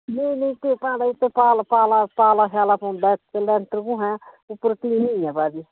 नेईं नेईं भैने इत्थें पाला पौंदा इत्त र लैंटर कुत्थें इद्धर टीन ई पाई दी